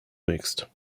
mixed